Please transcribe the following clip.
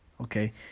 Okay